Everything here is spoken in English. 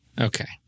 Okay